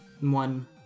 one